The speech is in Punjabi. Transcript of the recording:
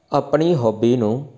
ਆਪਣੀ ਹੋਬੀ ਨੂੰ